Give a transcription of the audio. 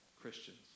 Christians